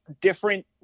different